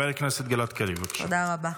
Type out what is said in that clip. תודה רבה.